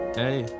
hey